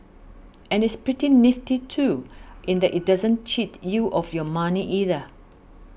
and it's pretty nifty too in that it doesn't cheat you of your money either